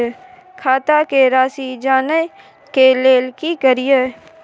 खाता के राशि जानय के लेल की करिए?